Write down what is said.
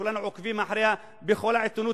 שכולנו עוקבים אחריה בכל העיתונות,